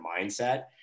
mindset